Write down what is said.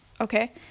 okay